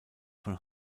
von